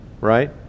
right